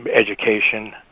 education